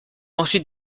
ensuite